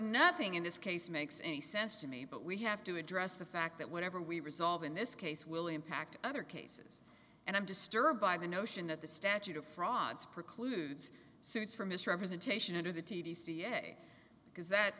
nothing in this case makes he says to me but we have to address the fact that whatever we resolve in this case will impact other cases and i'm disturbed by the notion that the statute of frauds precludes suits from misrepresentation under the ddca because that